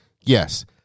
Yes